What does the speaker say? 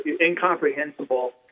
incomprehensible